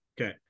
Okay